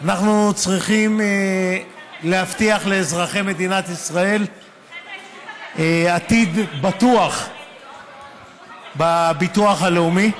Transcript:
אנחנו צריכים להבטיח לאזרחי מדינת ישראל עתיד בטוח בביטוח הלאומי.